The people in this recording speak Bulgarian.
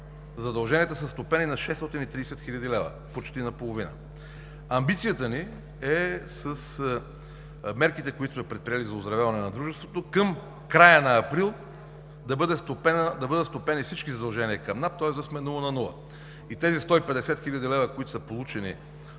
задълженията са стопени на 630 хил. лв. – почти наполовина. Амбицията ни е с мерките, които сме предприели за оздравяване на дружеството, към края на месец април да бъдат стопени всички задължения към НАП, тоест да сме нула на нула. И тези 150 хил. лв., които са получени